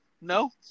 No